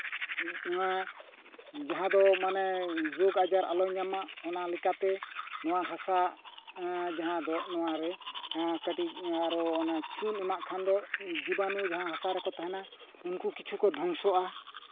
ᱱᱚᱣᱟ ᱡᱟᱦᱟᱸ ᱫᱚ ᱢᱟᱱᱮ ᱨᱳᱜᱽ ᱟᱡᱟᱨ ᱟᱞᱚᱭ ᱧᱟᱢ ᱢᱟ ᱚᱱᱟ ᱞᱮᱠᱟᱛᱮ ᱱᱚᱣᱟ ᱦᱟᱥᱟ ᱡᱟᱦᱟᱸ ᱫᱚ ᱱᱚᱣᱟᱨᱮ ᱠᱟᱹᱴᱤᱡ ᱟᱨᱚ ᱚᱱᱟ ᱪᱩᱱ ᱮᱢᱟᱜ ᱠᱷᱟᱱ ᱫᱚ ᱡᱤᱵᱟᱱᱩ ᱡᱟᱦᱟᱸ ᱦᱟᱥᱟ ᱨᱮᱠᱚ ᱛᱟᱦᱮᱱᱟ ᱩᱱᱠᱩ ᱠᱤᱪᱷᱩ ᱠᱚ ᱫᱷᱚᱝᱥᱚᱜᱼᱟ